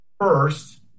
first